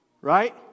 Right